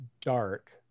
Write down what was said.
dark